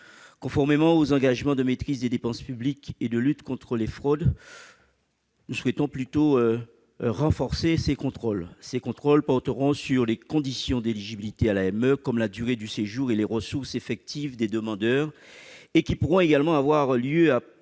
Conformément aux engagements de maîtrise des dépenses publiques et de lutte contre les fraudes, nous souhaitons renforcer les contrôles. Ces derniers porteront sur les conditions d'éligibilité à l'AME, comme la durée du séjour et les ressources effectives des demandeurs. Ils pourront également avoir lieu,